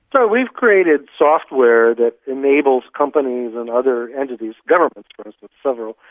but we've created software that enables companies and other entities, governments for instance, several,